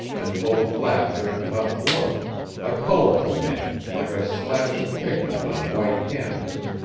and full of laughter and hot blood a colorful man, like a splash of pigment on white canvas.